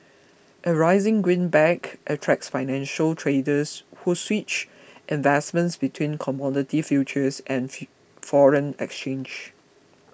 a rising greenback attracts financial traders who switch investments between commodity futures and foreign exchange